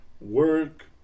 work